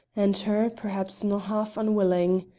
and her, perhaps na' half unwilling.